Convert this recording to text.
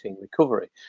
recovery